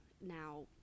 now